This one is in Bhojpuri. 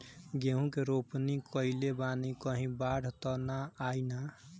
गेहूं के रोपनी कईले बानी कहीं बाढ़ त ना आई ना?